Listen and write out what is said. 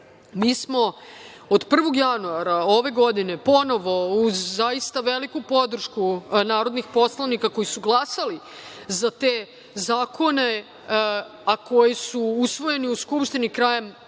mi smo od 1. januara ove godine, ponovo uz zaista veliku podršku narodnih poslanika koji su glasali za te zakone, a koji su usvojeni u Skupštini krajem